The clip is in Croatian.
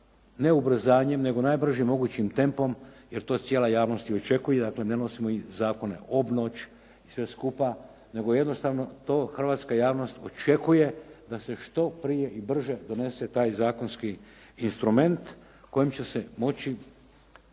ne ubrzanjem nego najbržim mogućim tempom jer to cijela javnost i očekuje. Dakle ne nosimo zakone obnoć i sve skupa nego jednostavno to hrvatska javnost očekuje da se što prije i brže donese taj zakonski instrument kojim će se moći